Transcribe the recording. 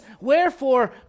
wherefore